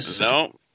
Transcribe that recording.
No